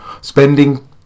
spending